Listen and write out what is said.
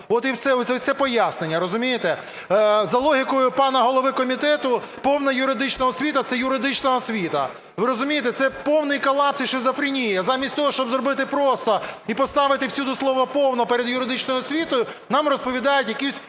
От і все пояснення, розумієте. За логікою пана голови комітету, повна юридична освіта – це юридична освіта. Ви розумієте, це повний колапс і шизофренія. Замість того, щоб зробити просто і поставити всюди слово "повна" перед юридичною освітою, нам розповідають якусь